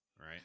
Right